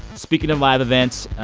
speaking of live events,